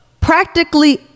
Practically